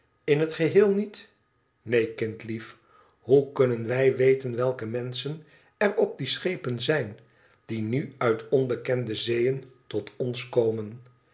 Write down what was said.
in het geheel niet neen kind lief hoe kunnen wij weten welke menschen er op die schepen zijn die nu uit onbekende zeeën tot ons komen